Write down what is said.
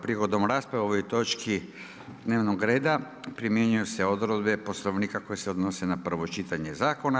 Prigodom rasprave o ovoj točki dnevnog reda primjenjuju se odredbe Poslovnika koji se odnosi na prvo čitanje zakona.